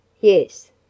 Yes